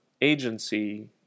agency